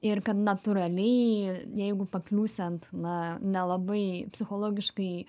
ir kad natūraliai jeigu pakliūsi ant na nelabai psichologiškai